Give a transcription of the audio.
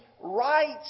rights